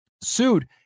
sued